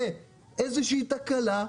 ואם תהיה איזושהי תקלה,